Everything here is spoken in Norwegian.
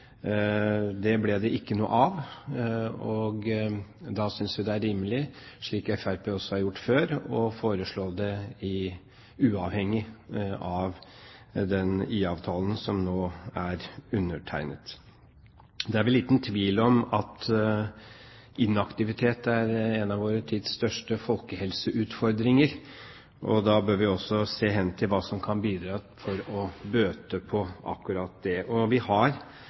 Det ble det ikke noe av, og da synes vi det er rimelig, slik Fremskrittspartiet også har gjort før, å foreslå det uavhengig av den IA-avtalen som nå er undertegnet. Det er vel liten tvil om at inaktivitet er en av vår tids største folkehelseutfordringer, og da bør vi også se hen til hva som kan bidra til å bøte på akkurat det.